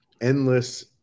endless